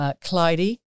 Clyde